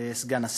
סגן השר,